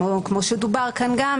כמו שדובר כאן גם,